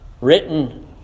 written